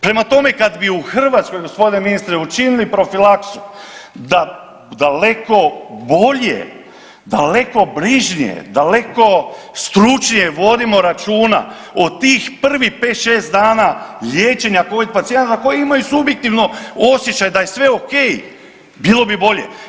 Prema tome, kad bi u Hrvatskoj g. ministre učinili profilaksu da daleko bolje, daleko brižnije, daleko stručnije vodimo računa o tih prvih 5-6 dana liječenja covid pacijenata koji imaju subjektivno osjećaj da je sve okej bilo bi bolje.